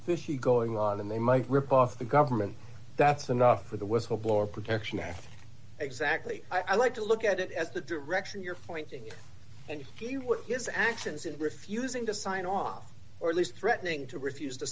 fishy going on and they might rip off the government that's enough for the whistleblower protection act exactly i'd like to look at it as the direction you're fighting and if you were his actions in refusing to sign off or at least threatening to refuse to